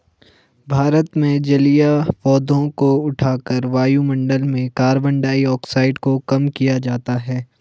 भारत में जलीय पौधों को उठाकर वायुमंडल में कार्बन डाइऑक्साइड को कम किया जाता है